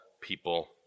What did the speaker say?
people